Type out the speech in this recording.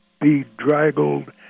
bedraggled